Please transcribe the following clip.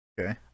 okay